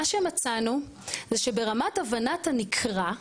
מה שמצאנו, ברמת הבנת הנקרא,